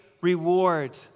reward